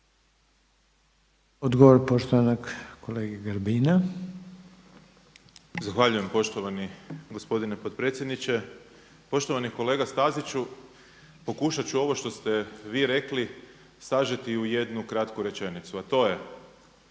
Odgovor poštovanog kolege Grbina. **Grbin, Peđa (SDP)** Zahvaljujem poštovani gospodine potpredsjedniče. Poštovani kolega Staziću, pokušat ću ovo što ste vi rekli sažeti u jednu kratku rečenicu, a to je